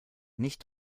nicht